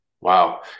Wow